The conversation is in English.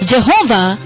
Jehovah